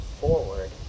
forward